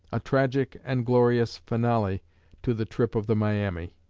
a tragic and glorious finale to the trip of the miami.